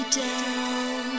down